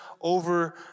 over